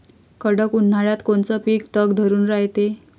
कडक उन्हाळ्यात कोनचं पिकं तग धरून रायते?